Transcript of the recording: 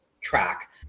track